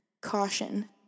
caution